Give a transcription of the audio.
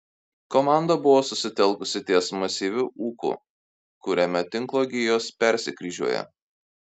komanda buvo susitelkusi ties masyviu ūku kuriame tinklo gijos persikryžiuoja